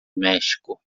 méxico